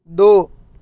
دو